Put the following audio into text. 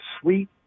sweet